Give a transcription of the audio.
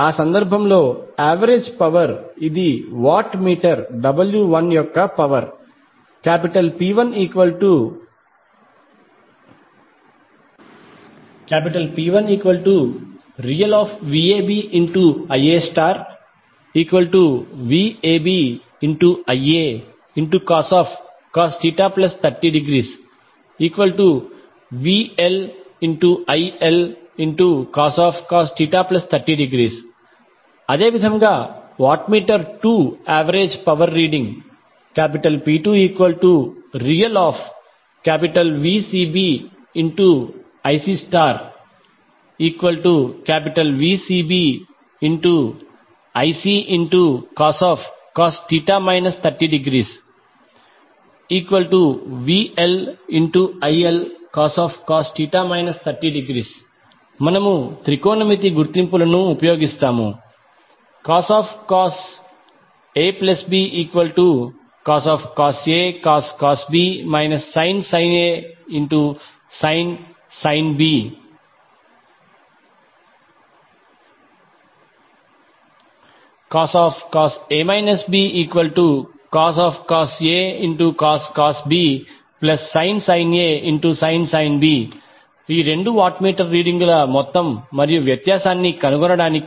ఆ సందర్భంలో average power ఇది వాట్ మీటర్ W1 యొక్క పవర్ P1ReVabIaVabIacos 30° VLILcos 30° అదేవిధంగా watt meter 2 average power reading P2ReVcbIcVcbIccos 30° VLILcos 30° మనము త్రికోణమితి గుర్తింపులను ఉపయోగిస్తాము cos ABcos A cos B sin A sin B cos A Bcos A cos B sin A sin B రెండు watt meter రీడింగుల మొత్తం మరియు వ్యత్యాసాన్ని కనుగొనడానికి